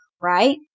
right